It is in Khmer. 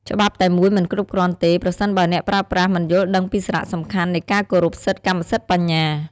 ច្បាប់តែមួយមិនគ្រប់គ្រាន់ទេ ប្រសិនបើអ្នកប្រើប្រាស់មិនយល់ដឹងពីសារៈសំខាន់នៃការគោរពសិទ្ធិកម្មសិទ្ធិបញ្ញា។